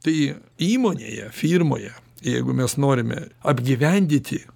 tai įmonėje firmoje jeigu mes norime apgyvendyti